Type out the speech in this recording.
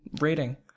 rating